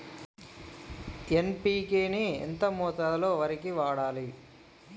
NPK ని ఎంత మోతాదులో వరికి వాడాలి?